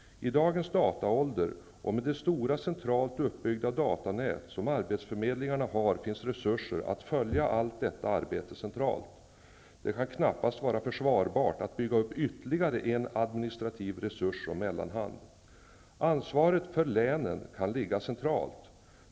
I dagens dataålder, och med det stora centralt uppbyggda datanät som arbetsförmedlingarna har, finns resurser att följa allt detta arbete centralt. Det kan knappast vara försvarbart att bygga upp ytterligare en administrativ resurs som mellanhand. Ansvaret för länen kan ligga centralt.